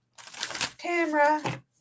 Tamra